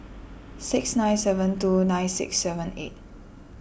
six nine seven two nine six seven eight